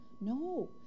no